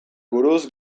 buruz